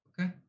Okay